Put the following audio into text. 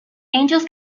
angels